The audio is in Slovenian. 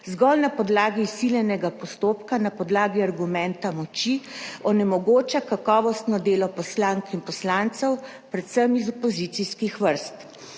zgolj na podlagi izsiljenega postopka, na podlagi argumenta moči onemogoča kakovostno delo poslank in poslancev, predvsem iz opozicijskih vrst.